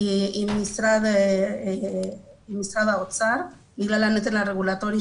עם משרד האוצר בגלל הנטל הרגולטורי,